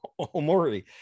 Omori